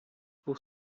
pour